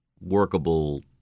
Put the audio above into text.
workable